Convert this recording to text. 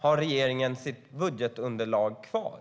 Har regeringen sitt budgetunderlag kvar?